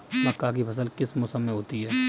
मक्का की फसल किस मौसम में होती है?